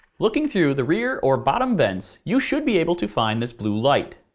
looking through the rear or bottom vents, you should be able to find this blue light.